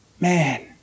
man